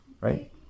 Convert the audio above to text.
right